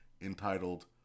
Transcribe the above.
entitled